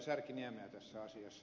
särkiniemeä tässä asiassa